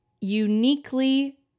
uniquely